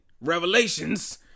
Revelations